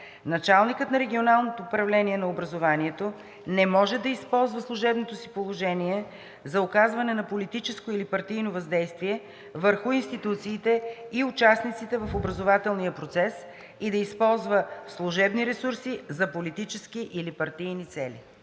Началникът на регионално управление на образованието не може да използва служебното си положение за оказване на политическо или партийно въздействие върху институциите и участниците в образователния процес и да използва служебни ресурси за политически или партийни цели.“